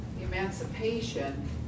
emancipation